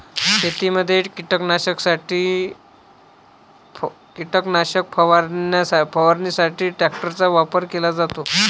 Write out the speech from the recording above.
शेतीमध्ये कीटकनाशक फवारणीसाठी ट्रॅक्टरचा वापर केला जातो